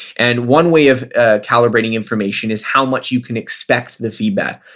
and one way of ah calibrating information is how much you can expect the feedback.